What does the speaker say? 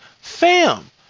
fam